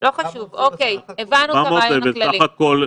לא חשוב, הבנו את הרעיון הכללי.